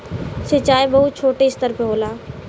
सिंचाई बहुत छोटे स्तर पे होला